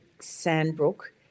Sandbrook